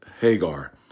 Hagar